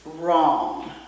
wrong